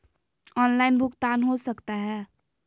Online भुगतान हो सकता है?